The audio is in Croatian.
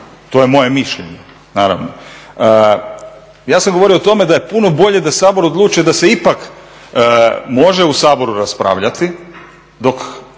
To je moje mišljenje, naravno. Ja sam govorio o tome da je puno bolje da Sabor odluči da se ipak može u Saboru raspravljati, dok